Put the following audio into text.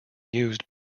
used